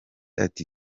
ati